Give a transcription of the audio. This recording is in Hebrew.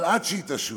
אבל עד שהיא תשוב